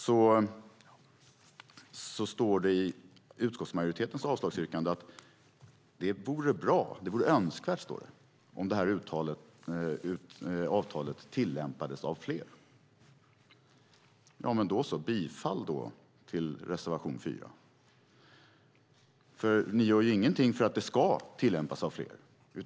Det står i utskottsmajoritetens avslagsyrkande att det vore bra och önskvärt om det här avtalet tillämpades av fler. Ja, men yrka i så fall bifall till reservation 4! Ni gör ju ingenting för att det ska tillämpas av fler.